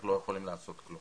לא יכולים לעשות כלום.